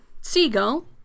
Seagull